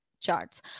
charts